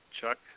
Chuck